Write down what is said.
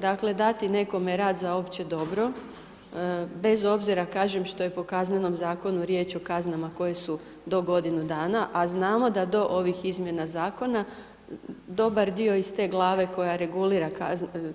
Dakle dati nekome rad za opće dobro bez obzira kažem što je po kaznenom zakonu riječ o kaznama koje su do godinu dana a znamo da do ovih izmjena zakona dobar dio iz te glave koja regulira